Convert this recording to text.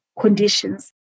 conditions